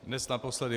Dnes naposledy.